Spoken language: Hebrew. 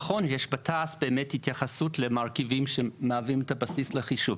נכון יש בתע"ש באמת התייחסות למרכיבים שמהווים את הבסיס לחישוב,